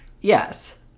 yes